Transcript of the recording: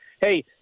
hey